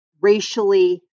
racially